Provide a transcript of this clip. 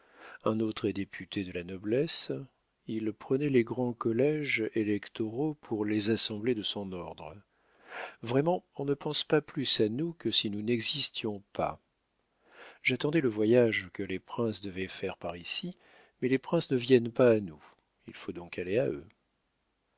un autre est député de la noblesse il prenait les grands colléges électoraux pour les assemblées de son ordre vraiment on ne pense pas plus à nous que si nous n'existions pas j'attendais le voyage que les princes devaient faire par ici mais les princes ne viennent pas à nous il faut donc aller à eux